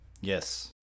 Yes